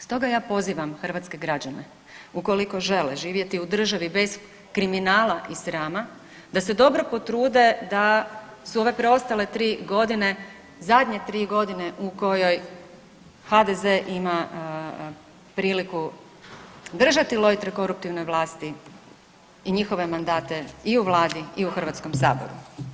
Stoga ja pozivam hrvatske građane, ukoliko žele živjeti u državi bez kriminala i srama, da se dobro potrude da su ove preostale 3 godine zadnje 3 godine u kojoj HDZ ima priliku držati lojtre koruptivnoj vlasti i njihove mandate i u Vladi i u Hrvatskom saboru.